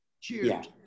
Cheers